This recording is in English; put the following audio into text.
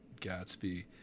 Gatsby